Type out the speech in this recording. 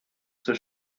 zur